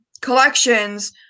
collections